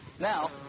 Now